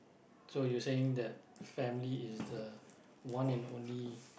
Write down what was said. so you saying that family is the one and only